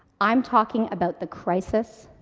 i'm talking about the crisis